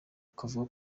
bukavuga